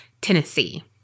Tennessee